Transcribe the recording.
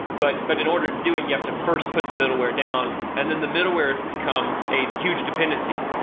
but but in order to do it you have to first put the middleware down and then the middleware becomes a huge dependency,